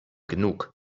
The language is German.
genug